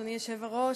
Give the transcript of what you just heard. אדוני היושב-ראש,